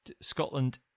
Scotland